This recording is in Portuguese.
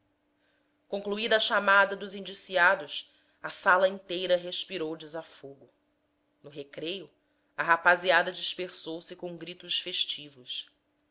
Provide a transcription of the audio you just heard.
concluída a chamada dos indiciados a sala inteira respirou desafogo no recreio a rapaziada dispersou-se com gritos festivos